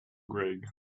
greg